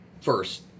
first